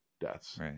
deaths